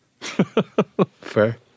Fair